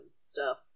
stuff-